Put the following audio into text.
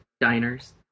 diners